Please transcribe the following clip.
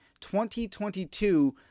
2022